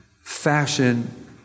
fashion